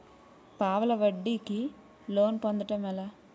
పావలా వడ్డీ కి లోన్ పొందటం ఎలా?